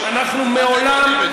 אנחנו מעולם,